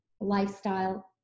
lifestyle